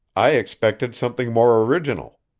i expected something more original.